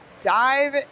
dive